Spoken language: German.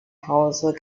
hause